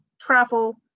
travel